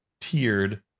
tiered